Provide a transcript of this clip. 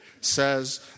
says